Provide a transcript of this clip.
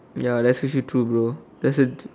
ya that's actually true bro that's